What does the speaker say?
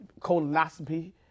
colonoscopy